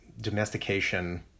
domestication